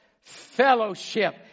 fellowship